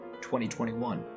2021